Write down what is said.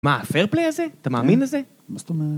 מה הפיירפליי הזה? אתה מאמין לזה? - מה זאת אומרת?